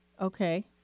Okay